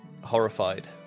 horrified